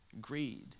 Greed